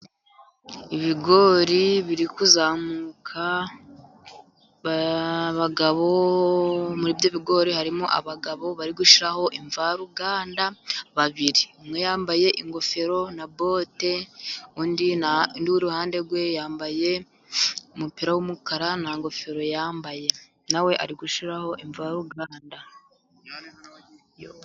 Ibigori biri kuzamuka. Muri ibyo bigori harimo abagabo bari gushyiraho imvaruganda babiri. Umwe yambaye ingofero na bote, undi w'iruhande rwe yambaye umupira w'umukara nta ngofero yambaye. Na we ari gushyiraho imvaruganda.